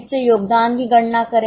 इसलिए योगदान की गणना करें